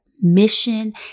mission